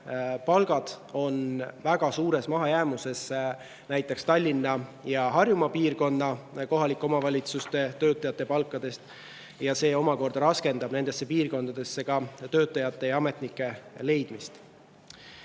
palgad on väga suures mahajäämuses [võrreldes] näiteks Tallinna ja Harjumaa piirkonna kohalike omavalitsuste töötajate palkadega. See raskendab nendesse piirkondadesse töötajate ja ametnike leidmist.